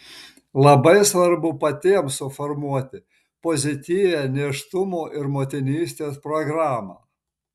labai svarbu patiems suformuoti pozityvią nėštumo ir motinystės programą